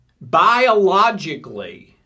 biologically